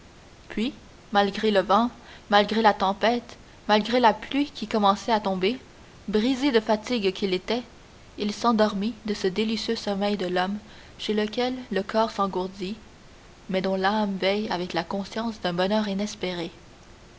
puis malgré le vent malgré la tempête malgré la pluie qui commençait à tomber brisé de fatigue qu'il était il s'endormit de ce délicieux sommeil de l'homme chez lequel le corps s'engourdit mais dont l'âme veille avec la conscience d'un bonheur inespéré